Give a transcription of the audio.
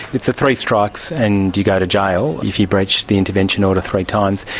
it's three strikes and you go to jail if you breach the intervention order three times.